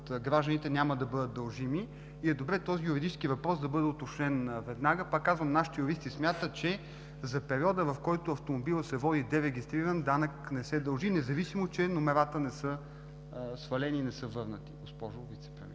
гражданите няма да бъдат дължими. Добре е този юридически въпрос да бъде уточнен веднага. Пак казвам: нашите юристи смятат, че за периода, в който автомобилът се води дерегистриран, данък не се дължи, независимо че номерата не са свалени и не са върнати, госпожо Вицепремиер.